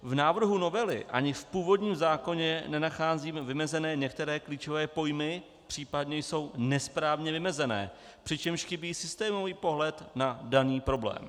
V návrhu novely ani v původním zákoně nenacházíme vymezené některé klíčové pojmy, příp. jsou nesprávně vymezené, přičemž chybí systémový pohled na daný problém.